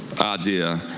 idea